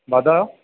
वद